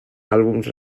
àlbums